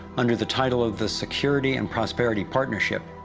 under the title of the security and prosperity partnership,